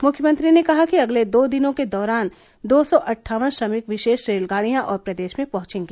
मुख्यमंत्री ने कहा कि अगले दो दिनों के दौरान दो सौ अट्ठावन श्रमिक विशेष रेलगाड़ियां और प्रदेश में पहंचेंगी